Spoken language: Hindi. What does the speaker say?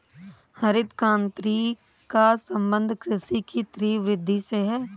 हरित क्रान्ति का सम्बन्ध कृषि की तीव्र वृद्धि से है